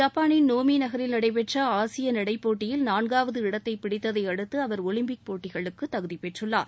ஜப்பானின் நோமி நகரில் நடைபெற்ற ஆசிய நடைப் போட்டியில் நான்காவது இடத்தை பிடித்ததை அடுத்து அவர் ஒலிம்பிக் போட்டிகளுக்கு தகுதி பெற்றுள்ளார்